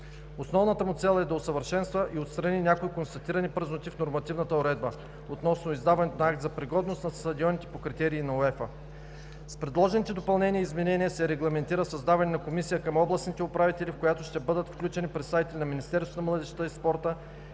Основната му цел е да усъвършенства и отстрани някои констатирани празноти в нормативната уредба относно издаването на акт за пригодност на стадионите по критерии на УЕФА. С предложените допълнения и изменения се регламентира създаване на комисия към областните управители, в която ще бъдат включени представители на Министерството